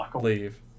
leave